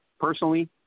personally